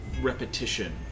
Repetition